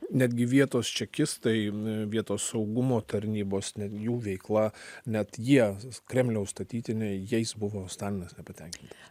netgi vietos čekistai vietos saugumo tarnybos netgi jų veikla net jie kremliaus statytiniai jais buvo stalinas nepatenkintas